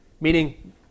Meaning